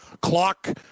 clock